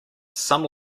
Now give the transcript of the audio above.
some